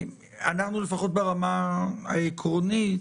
לפחות ברמה העקרונית,